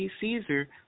Caesar